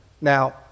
Now